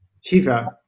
Shiva